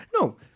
No